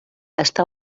està